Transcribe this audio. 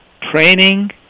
training